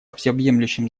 всеобъемлющем